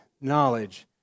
knowledge